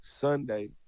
Sunday